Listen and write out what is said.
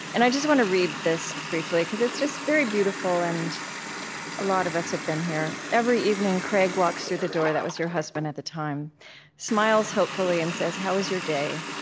and i just want to read this briefly, because it's just very beautiful, and a lot of us have been here. every evening craig walks through the door that was your husband at the time smiles hopefully, and says, how was your day?